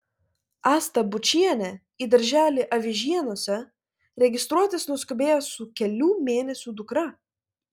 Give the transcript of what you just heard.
asta bučienė į darželį avižieniuose registruotis nuskubėjo su kelių mėnesių dukra